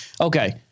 Okay